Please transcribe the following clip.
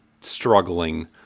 struggling